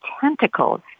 tentacles